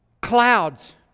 clouds